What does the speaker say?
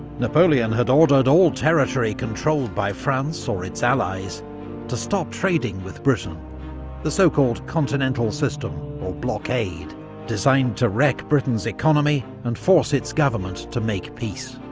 napoleon had ordered all territory controlled by france or its allies to stop trading with britain the so-called continental system, or blockade designed to wreck britain's economy and force its government to make peace.